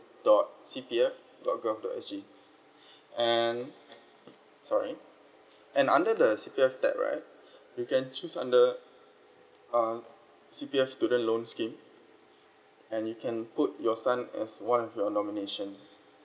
dot C_P_F dot G_O_V dot S_G and sorry and under the C_P_F tab right you can choose under uh C_P_F student loans scheme and you can put your son as one of your nominations